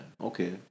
Okay